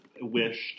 wished